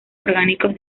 orgánicos